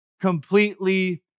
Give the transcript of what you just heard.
completely